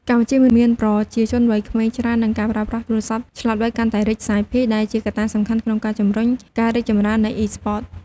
កម្ពុជាមានប្រជាជនវ័យក្មេងច្រើន និងការប្រើប្រាស់ទូរស័ព្ទឆ្លាតវៃកាន់តែរីកសាយភាយ ដែលជាកត្តាសំខាន់ក្នុងការជំរុញការរីកចម្រើននៃ Esports។